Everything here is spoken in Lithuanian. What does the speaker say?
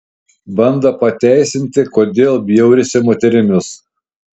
bando pateisinti kodėl bjaurisi moterimis